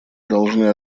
должна